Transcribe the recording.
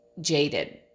jaded